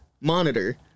monitor